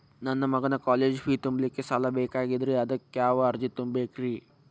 ನನ್ನ ಮಗನ college fee ತುಂಬಲಿಕ್ಕೆ ಸಾಲ ಬೇಕಾಗೆದ್ರಿ ಅದಕ್ಯಾವ ಅರ್ಜಿ ತುಂಬೇಕ್ರಿ?